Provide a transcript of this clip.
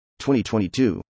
2022